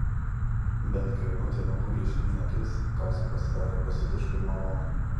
bet kai onutė nudūrė žemyn akis kaziui pasidarė pasiutiškai malonu